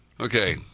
Okay